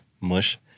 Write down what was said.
mush